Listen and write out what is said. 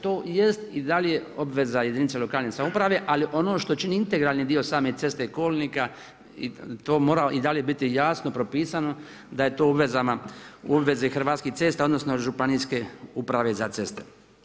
To jest i dalje obveza jedinica lokalne samouprave ali ono što čini integralni dio same ceste, kolnika, to mora i dalje biti jasno propisano da je u obvezi Hrvatskih cesta odnosno Županijske uprave za ceste.